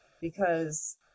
because-